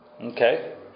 Okay